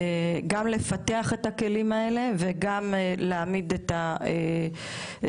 גם לפתח את הכלים האלה וגם להעמיד את הצרכים